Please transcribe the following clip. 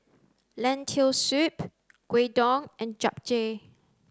lentil soup Gyudon and Japchae